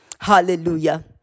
Hallelujah